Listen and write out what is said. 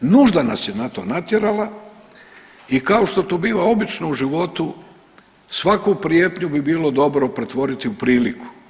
Nužda nas je na to natjerala i kao što to biva obično u životu svaku prijetnju bi bilo dobro pretvoriti u priliku.